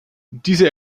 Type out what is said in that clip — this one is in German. diese